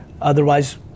Otherwise